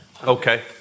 Okay